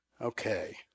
Okay